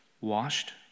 washed